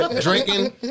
drinking